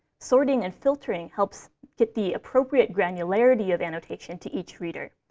sorting and filtering helps get the appropriate granularity of annotation to each reader,